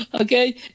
Okay